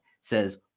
says